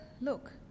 Look